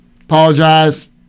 Apologize